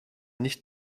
nicht